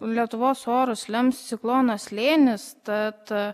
lietuvos orus lems ciklono slėnis tad